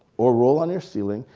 or roll on your ceiling.